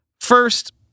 First